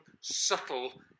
subtle